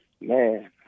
Man